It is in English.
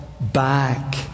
back